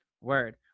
Word